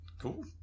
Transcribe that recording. cool